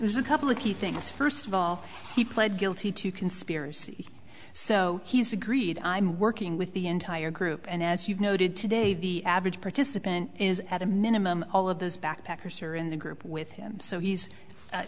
there's a couple of key things first of all he pled guilty to conspiracy so he's agreed i'm working with the entire group and as you've noted today the average participant is at a minimum all of those backpackers are in the group with him so he's